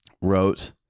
wrote